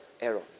error